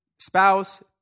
spouse